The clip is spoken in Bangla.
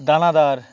দানাদার